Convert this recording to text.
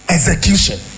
Execution